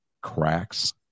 Cracks